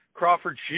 Crawford